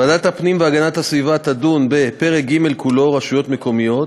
ועדת הפנים והגנת הסביבה תדון בפרק ג' כולו (רשויות מקומיות),